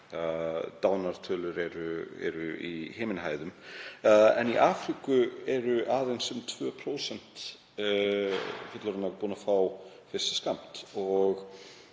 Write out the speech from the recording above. dánartölur eru himinháar. Í Afríku eru aðeins um 2% fullorðinna búin að fá fyrsta skammt.